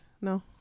no